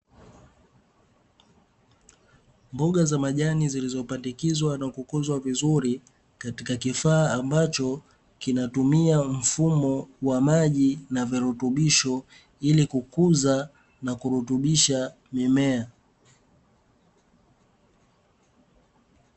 Mboga za majani zilizopandikizwa na kukuzwa vizuri katika kifaa ambacho kinatumia mfumo wa maji na virutubisho, ili kukuza na kurutibisha mimea.